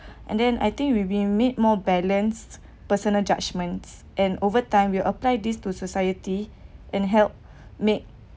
and then I think we be made more balanced personal judgements and over time we'll apply this to society and help make